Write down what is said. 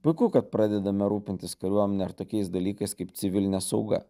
puiku kad pradedame rūpintis kariuomene ir tokiais dalykais kaip civilinė sauga